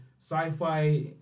sci-fi